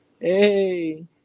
Hey